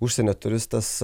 užsienio turistas